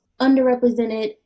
underrepresented